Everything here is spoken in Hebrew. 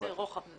נושאי רוחב,